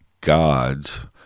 God's